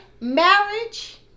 Marriage